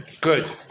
Good